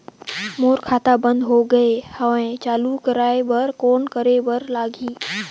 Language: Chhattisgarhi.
मोर खाता बंद हो गे हवय चालू कराय बर कौन करे बर लगही?